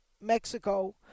mexico